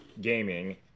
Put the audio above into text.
gaming